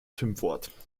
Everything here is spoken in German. schimpfwort